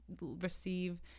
receive